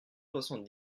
soixante